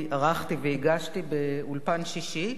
ערכתי והגשתי ב"אולפן שישי",